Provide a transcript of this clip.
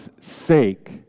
sake